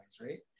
right